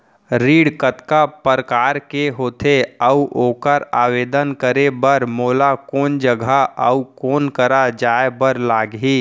ऋण कतका प्रकार के होथे अऊ ओखर आवेदन करे बर मोला कोन जगह अऊ कोन करा जाए बर लागही?